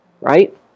right